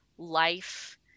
life